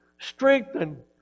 strengthen